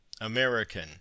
American